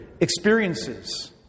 experiences